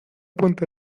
puente